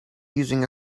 using